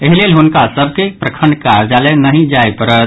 ऐहि लेल हुनका सभ के प्रखंड कार्यालय नहि जाय पड़त